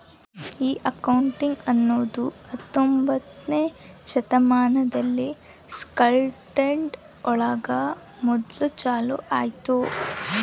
ಈ ಅಕೌಂಟಿಂಗ್ ಅನ್ನೋದು ಹತ್ತೊಂಬೊತ್ನೆ ಶತಮಾನದಲ್ಲಿ ಸ್ಕಾಟ್ಲ್ಯಾಂಡ್ ಒಳಗ ಮೊದ್ಲು ಚಾಲೂ ಆಯ್ತು